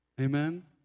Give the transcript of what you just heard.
Amen